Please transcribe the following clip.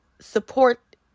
support